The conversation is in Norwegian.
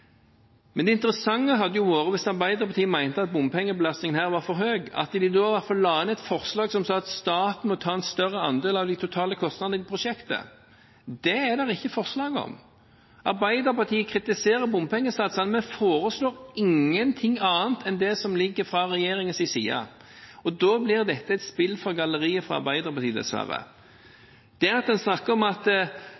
Det interessante hadde jo vært om Arbeiderpartiet – hvis de mente at bompengebelastningen her var for høy – da iallfall la inn et forslag som sa at staten må ta en større andel av de totale kostnadene i prosjektet. Det er det ikke noe forslag om. Arbeiderpartiet kritiserer bompengesatsene, men foreslår ikke noe annet enn det som ligger fra regjeringens side. Da blir dette et spill for galleriet fra Arbeiderpartiet, dessverre. Det at en snakker om at